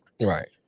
Right